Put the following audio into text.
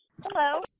Hello